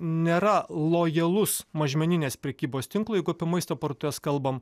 nėra lojalus mažmeninės prekybos tinklui jeigu apie maisto parduotuves kalbam